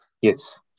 Yes